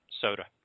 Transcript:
soda